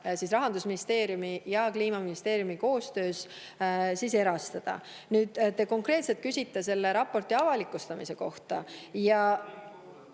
seda Rahandusministeeriumi ja Kliimaministeeriumi koostöös erastada. Te küsisite konkreetselt selle raporti avalikustamise kohta,